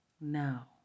now